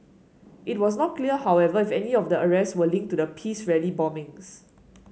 it was not clear however if any of the arrest were linked to the peace rally bombings